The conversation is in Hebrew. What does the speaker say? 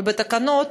ובתקנות,